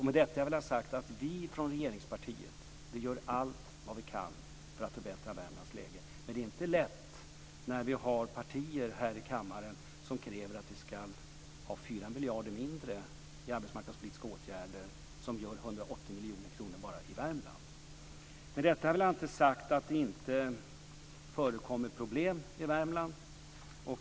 Med detta vill jag ha sagt att vi i regeringspartiet gör allt vad vi kan för att förbättra Värmlands läge, men det är inte lätt när vi har partier här i kammaren som kräver att vi ska ha 4 miljarder mindre i arbetsmarknadspolitiska åtgärder, vilket gör 180 miljoner kronor bara i Värmland. Med detta vill jag inte ha sagt att det inte förekommer problem i Värmland.